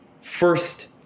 first